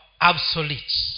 obsolete